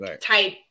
type